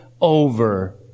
over